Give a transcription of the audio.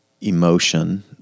emotion